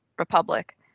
Republic